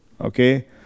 okay